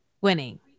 winning